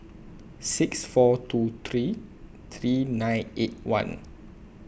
six four two three three nine eight one